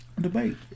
debate